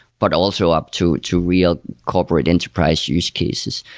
but also up to to real corporate enterprise use cases.